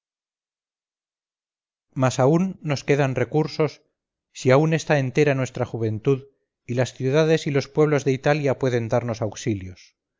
aun nos quedan recursos si aun está entera nuestra juventud y las ciudades y los pueblos de italia pueden darnos auxilios